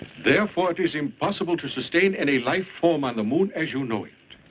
therefore, it is impossible to sustain any life form on the moon as you know it.